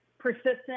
persistent